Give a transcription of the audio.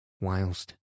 whilst